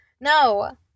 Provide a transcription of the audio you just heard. No